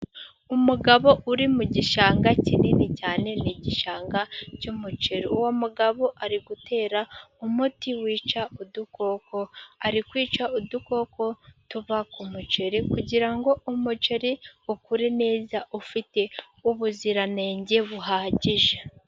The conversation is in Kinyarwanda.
Umugabo uri mu gishanga kinini cyane, ni igishanga cy'umuceri. Uwo mugabo ari gutera umuti wica udukoko, ari kwica udukoko tuva ku muceri, kugira ngo umuceri ukure neza ufite ubuziranenge buhagije.